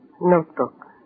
Notebook